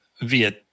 via